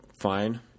fine